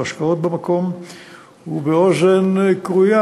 בהשקעות במקום ובאוזן כרויה,